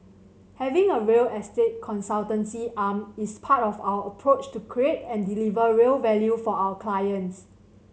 having a real estate consultancy arm is part of our approach to create and deliver real value for our clients